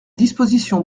dispositions